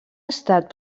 estat